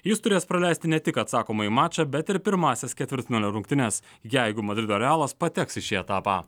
jis turės praleisti ne tik atsakomąjį mačą bet ir pirmąsias ketvirtfinalio rungtynes jeigu madrido realas pateks į šį etapą